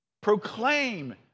proclaim